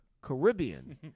Caribbean